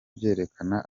byerekana